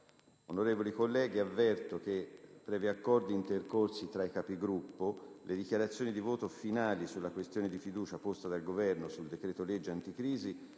Onorevoli colleghi, avverto che previ accordi intercorsi tra i Capigruppo, le dichiarazioni di voto finale sulla questione di fiducia posta dal Governo sul decreto-legge anticrisi